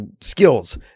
skills